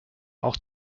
auch